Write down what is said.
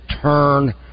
turn